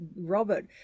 Robert